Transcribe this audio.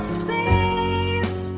space